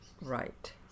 Right